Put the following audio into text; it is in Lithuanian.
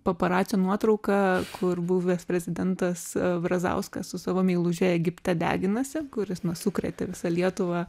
paparacio nuotrauką kur buvęs prezidentas brazauskas su savo meiluže egipte deginasi kuris sukrėtė visą lietuvą